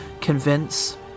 convince